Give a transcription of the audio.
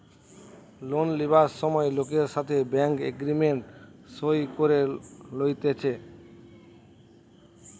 loan লিবার সময় লোকের সাথে ব্যাঙ্ক এগ্রিমেন্ট সই করে লইতেছে